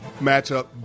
matchup